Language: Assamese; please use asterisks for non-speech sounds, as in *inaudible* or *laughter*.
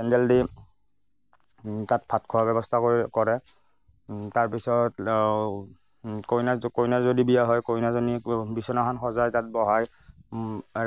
পেণ্ডেল দি তাত ভাত খোৱাৰ ব্যৱস্থা কৰে কৰে তাৰপিছত *unintelligible* কইনা যদি কইনাৰ যদি বিয়া হয় কইনাজনী বিচনাখন সজায় তাত বহায়